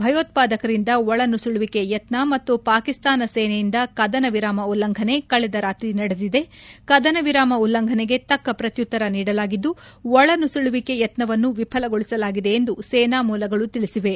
ಭಯೋತ್ವಾದಕರಿಂದ ಒಳನುಸುಳುವಿಕೆ ಯತ್ನ ಮತ್ತು ಪಾಕಿಸ್ತಾನ ಸೇನೆಯಿಂದ ಕದನವಿರಾಮ ಉಲ್ಲಂಘನೆ ಕಳೆದ ರಾತ್ರಿ ನಡೆದಿದೆ ಕದನವಿರಾಮ ಉಲ್ಲಂಘನೆಗೆ ತಕ್ಕ ಪ್ರತ್ಯುತ್ತರ ನೀಡಲಾಗಿದ್ದು ಒಳನುಸುಳುವಿಕೆ ಯತ್ತವನ್ನು ವಿಫಲಗೊಳಿಸಲಾಗಿದೆ ಎಂದು ಸೇನಾ ಮೂಲಗಳು ತಿಳಿಸಿವೆ